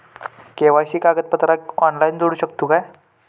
KYC कागदपत्रा online जोडू शकतू का?